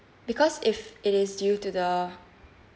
because if it is due to the